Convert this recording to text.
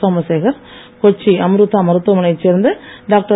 சோமசேகர் கொச்சி அம்ருதா மருத்துவமனையைச் சேர்ந்த டாக்டர்